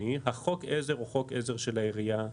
חוק עזר הוא חוק עזר של העירייה.